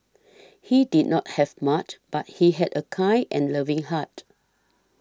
he did not have much but he had a kind and loving heart